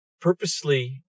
purposely